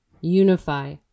unify